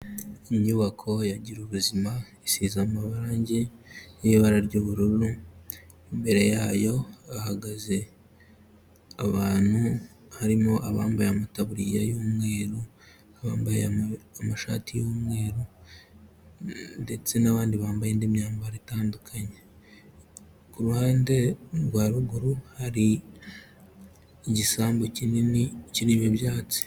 Inyubako ya gira ubuzima isize amarangi y'ibara ry'ubururu imbere yayo hahagaze abantu harimo abambaye amatabuririya y'umweru, abambaye amashati y'umweru, ndetse n'abandi bambaye indi myambaro itandukanye Ku ruhande rwa ruguru hari igisambu kinini kirimo byatsi.